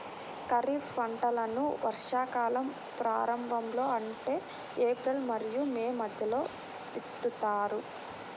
ఖరీఫ్ పంటలను వర్షాకాలం ప్రారంభంలో అంటే ఏప్రిల్ మరియు మే మధ్యలో విత్తుతారు